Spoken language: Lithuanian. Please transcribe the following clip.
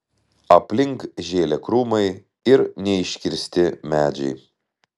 aplink žėlė krūmai ir neiškirsti medžiai